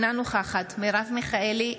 אינה נוכחת מרב מיכאלי,